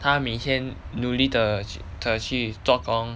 她每天努力地去地去做工